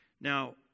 Now